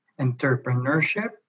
Entrepreneurship